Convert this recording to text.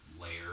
layer